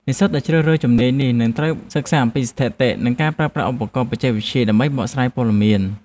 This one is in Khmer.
និស្សិតដែលជ្រើសរើសជំនាញនេះនឹងត្រូវសិក្សាអំពីស្ថិតិ និងការប្រើប្រាស់ឧបករណ៍បច្ចេកវិទ្យាដើម្បីបកស្រាយព័ត៌មាន។